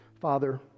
father